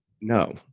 no